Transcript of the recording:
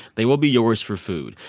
they will be yours for food,